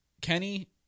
Kenny